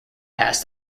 pass